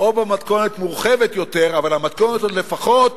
או במתכונת מורחבת יותר, אבל המתכונת הזאת לפחות